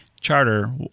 charter